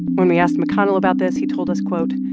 when we asked mcconnell about this, he told us, quote,